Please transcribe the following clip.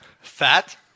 Fat